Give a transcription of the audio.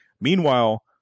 Meanwhile